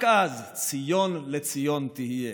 רק אז, ציון לציון תהיה".